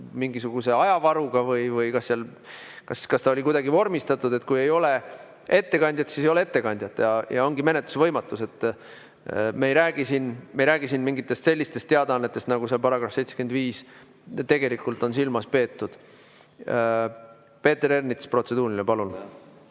mingisuguse ajavaruga või kas ta oli kuidagi vormistatud, kui ei ole ettekandjat, siis ei ole ettekandjat ja ongi menetluse võimatus. Me ei räägi siin mingitest sellistest teadaannetest, nagu seal §‑s 75 tegelikult on silmas peetud. Peeter Ernits, protseduuriline, palun!